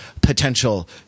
potential